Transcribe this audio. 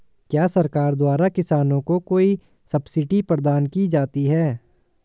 क्या सरकार द्वारा किसानों को कोई सब्सिडी प्रदान की जाती है?